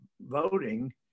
voting